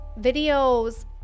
videos